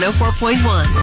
104.1